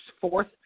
fourth